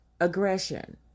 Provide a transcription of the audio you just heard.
aggression